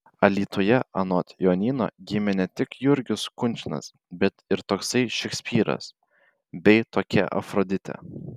alytuje anot jonyno gimė ne tik jurgis kunčinas bet ir toksai šekspyras bei tokia afroditė